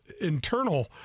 internal